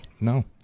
No